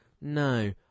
no